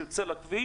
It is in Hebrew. כשהוא יוצא לכביש,